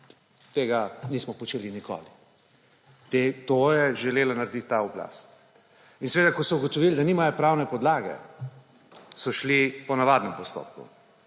Tega nismo počeli nikoli. To je želela narediti ta oblast. In seveda, ko so ugotovili, da nimajo pravne podlage, so šli po navadnem postopku.